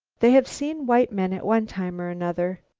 they have seen white men at one time or another.